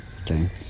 Okay